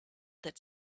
that